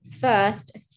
first